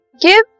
Give